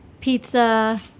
pizza